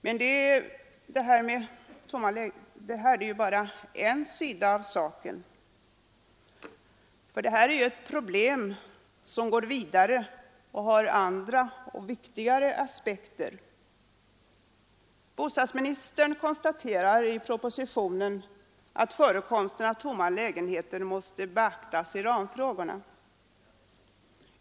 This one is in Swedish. Men detta är bara en sida av saken — det här är ett problem som går vidare och har andra och viktigare aspekter. Bostadsministern konstaterar i propositionen att förekomsten av sådana lägenheter måste beaktas i samband med ramfrågorna.